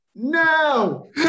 No